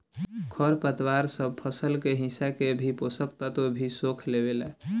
खर पतवार सब फसल के हिस्सा के भी पोषक तत्व भी सोख लेवेला